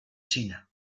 china